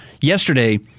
yesterday